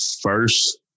first